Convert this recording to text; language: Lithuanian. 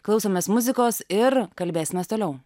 klausomės muzikos ir kalbėsimės toliau